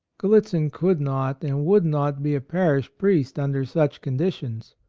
gal litzin could not and would not be a parish priest under such conditions.